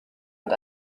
und